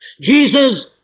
Jesus